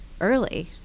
early